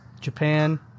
Japan